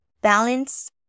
Balance